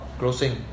closing